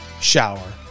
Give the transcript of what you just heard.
shower